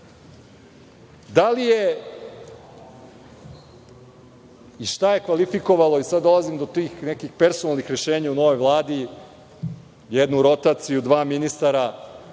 Da li je i šta je kvalifikovalo, i sada dolazim do tih nekih personalnih rešenja u novoj Vladi, jednu rotaciju dva ministra,